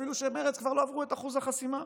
אפילו שמרצ כבר לא עברו את אחוז החסימה.